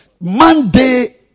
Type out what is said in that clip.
Monday